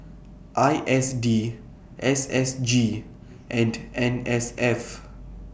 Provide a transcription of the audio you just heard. I S D S S G and N S F